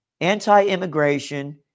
anti-immigration